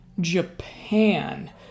Japan